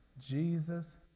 Jesus